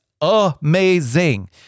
amazing